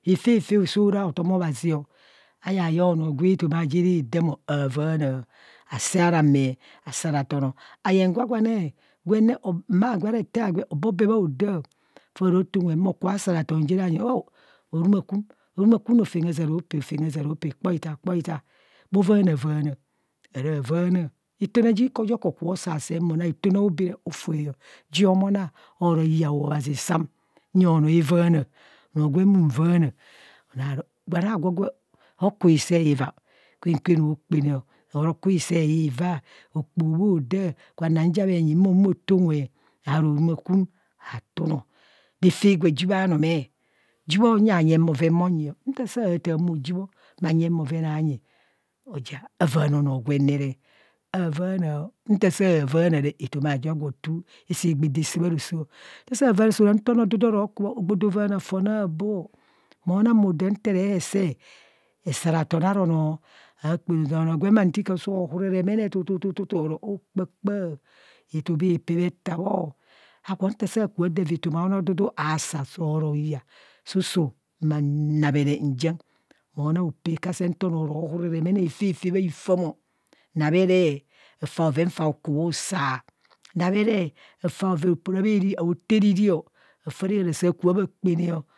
Hafefe oshi ora hotom obhazio, ayaye onoo gwe etoma aje aredam aavanạạ, asee ara mee, asarathona ayeng gwagwane gwen ne mma gwe aron ete agwe hobo bee bhaodo, nto ro tuu nwe ma ku bha sarathon je re anyi ọ o. harumagkum, horumakwum rofem hazaropee, rofem hazaropẹ, kpoitaa kpoetaa, bhovaana vaana, ara vaana itune ji ka ojo kokubhu saasee mo na itune aobee re ofoe ọ homanaa oro iyoo obhazi sam nye anọọ araana, onoo gwen unvaana anaaru, gwa agwo gwe hoku hisee hivang? Kwen kwen okpana ọ oro oku hisee hivaa okpoho bho daa gwa na ja menyi mo tuu unwe aro arumaywum ha tun ọ, refe gwa ji maa numee, ji bho nyanyeng bho bhoven bhonyio nta saa tạạ mo ji bho ma nyeng bhoven aanyi, aja aavana onoo gwen ne re. Avaana, nta saa vanaa re, etoma ajo agwo too asaa gbạạ da see bharoso ọ nta saa vanaa, so ra nta onọọ odudo oro kubo ogbo do vana fon aboọ mọnang mo daam nte re hesee esarqthan ara onọọ akpene ozama onoo gwen ntika soo hurere mene tutututu oro okpakpaa, etoma eepe etabho, agwo nta saa kubo dọ etoma onoo dudu aasa soo ro iya susu nnamere njieng mo na opee kasen nto onoo so ro hureree mene efefe bha hifam ọ nameree afaa bhoven fa ku bhusa, nameree afe, opọọ ra bhariri aota erini afe rehara saa ku bha kpana ọ.